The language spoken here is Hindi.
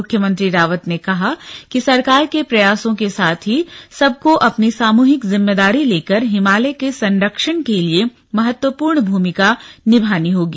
मुख्यमंत्री रावत ने कहा कि सरकार के प्रयासों के साथ ही सबको अपनी सामूहिक जिम्मेदारी लेकर हिमालय के संरक्षण के लिए महत्वपूर्ण भूमिका निभानी होगी